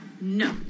no